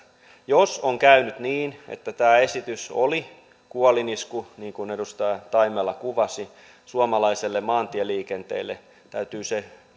jos on käynyt niin että tämä esitys oli kuolinisku niin kuin edustaja taimela kuvasi suomalaiselle maantieliikenteelle täytyy se